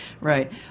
Right